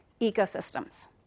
ecosystems